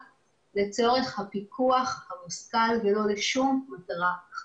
לצורך הפיקוח המושכל ולא לשום מטרה אחרת.